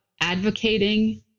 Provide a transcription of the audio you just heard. advocating